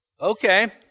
Okay